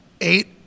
eight